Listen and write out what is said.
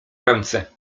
ręce